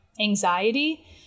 anxiety